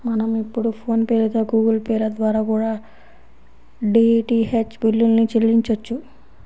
మనం ఇప్పుడు PhonePe లేదా గుగుల్ పే ల ద్వారా కూడా డీటీహెచ్ బిల్లుల్ని చెల్లించొచ్చు